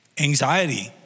Anxiety